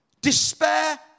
Despair